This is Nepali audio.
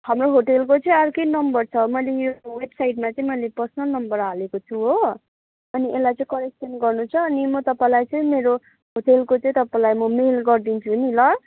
हाम्रो होटलको चाहिँ अर्कै नम्बर छ मैले यो वेबसाइटमा चाहिँ मैले पर्सनल नम्बर हालेको छु हो अनि यसलाई चाहिँ करेक्सन गर्नु छ अनि म तपाईँलाई चाहिँ मेरो होटलको चाहिँ तपाईँलाई म मेल गरिदिन्छु नि ल